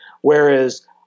Whereas